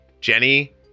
Jenny